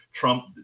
Trump